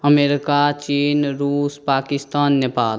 America चीन रूस पाकिस्तान नेपाल